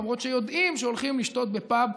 למרות שיודעים שהם הולכים לשתות בפאב,